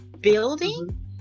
building